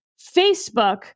Facebook